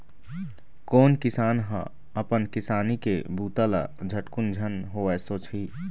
कोन किसान ह अपन किसानी के बूता ल झटकुन झन होवय सोचही